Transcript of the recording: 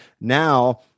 now